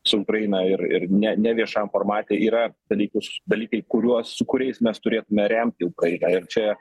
su ukraina ir ir ne neviešam formate yra dalykus dalykai kuriuos su kuriais mes turėtume remti ukrainą ir čia